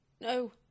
No